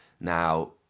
now